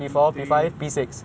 P three